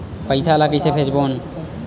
पईसा ला कइसे भेजबोन?